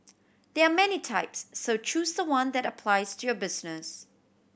there are many types so choose the one that applies to your business